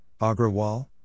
Agrawal